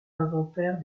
inventaire